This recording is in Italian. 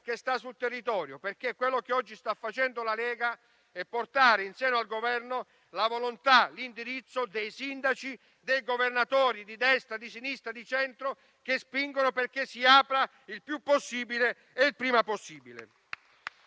che sta sul territorio. Quello che oggi la Lega sta facendo è portare in seno al Governo la volontà dei sindaci, dei governatori - di destra, di sinistra, di centro - che spingono perché si apra il più possibile e il prima possibile.